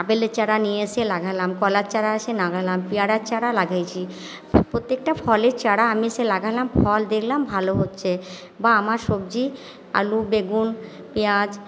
আপেলের চারা নিয়ে এসে লাগালাম কলার চারা এসে লাগালাম পেয়ারার চারা লাগাইছি প্রত্যেকটা ফলের চারা আমি এসে লাগালাম ফল দেখলাম ভালো হচ্ছে বা আমার সবজি আলু বেগুন পেঁয়াজ